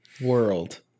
World